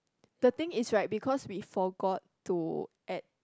the thing is right because we forgot to add